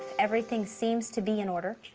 everything seems to be in order.